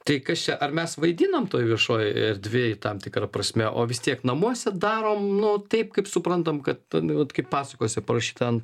tai kas čia ar mes vaidinam toj viešojoj erdvėj tam tikra prasme o vis tiek namuose darom nu taip kaip suprantam kad vat kaip pasakose parašyta ant